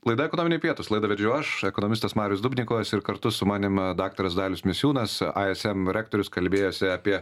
laida ekonominiai pietūs laidą vedžiau aš ekonomistas marius dubnikovas ir kartu su manim daktaras dalius misiūnas aiesem rektorius kalbėjosi apie